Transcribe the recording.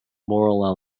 moral